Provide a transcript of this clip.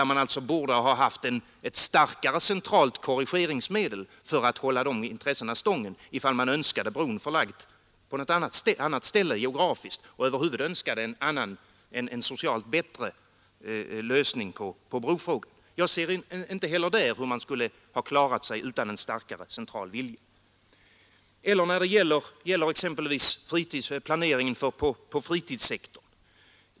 Man borde ha haft ett starkare centralt korrigeringsmedel för att hålla dessa intressen stången, om man önskade bron förlagd på något annat ställe eller över huvud taget önskade en socialt bättre lösning av brofrågan. Jag ser inte heller där hur man skulle ha klarat sig utan en starkare central vilja och inte heller när det gäller exempelvis planeringen på fritidssektorn.